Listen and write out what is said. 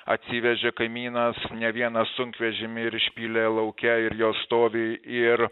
atsivežė kaimynas ne vieną sunkvežimį ir išpylė lauke ir jos stovi ir